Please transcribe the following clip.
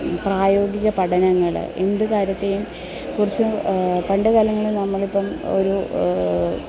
പ്രായോഗിക പഠനങ്ങൾ എന്ത് കാര്യത്തെയും കുറച്ചും പണ്ട് കാലങ്ങളിൽ നമ്മളിപ്പം ഒരു